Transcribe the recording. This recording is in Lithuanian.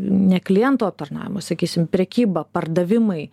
ne klientų aptarnavimo sakysim prekybą pardavimai